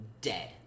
dead